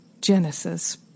Genesis